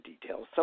details